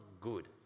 good